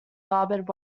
barbed